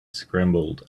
scrambled